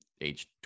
age